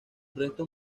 restos